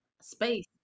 space